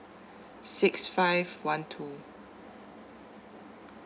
six five one two